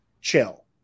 chill